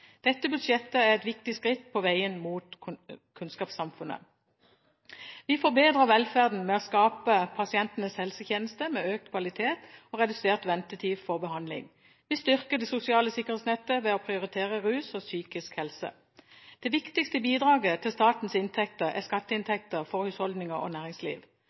Dette budsjettet er et viktig skritt på veien mot kunnskapssamfunnet. Vi forbedrer velferden ved å skape pasientens helsetjeneste med økt kvalitet og redusert ventetid for behandling. Vi styrker det sosiale sikkerhetsnettet ved å prioritere rus og psykisk helse. Det viktigste bidraget til statens inntekter er skatteinntektene fra husholdninger og næringsliv.